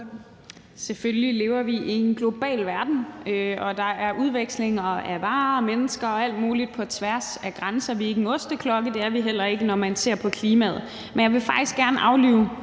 Selvfølgelig lever vi i en global verden, og der er udveksling af varer, mennesker og alt muligt på tværs af grænser. Vi er ikke en osteklokke; det er vi heller ikke, når man ser på klimaet. Men jeg vil faktisk gerne aflive